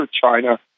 China